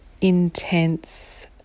intense